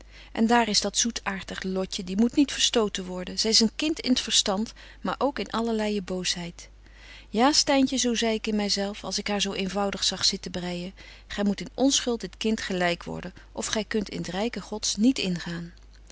en daar is dat zoetaartig lotje die moet niet verstoten worden zy is een kind in t verstand maar ook in allerleije boosheid ja styntje zei ik zo in my zelf als ik haar zo eenvoudig zag zitten breijen gy moet in onschuld dit kind gelyk worden of gy kunt in t ryke gods niet ingaan